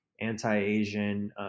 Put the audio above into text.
anti-Asian